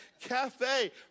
Cafe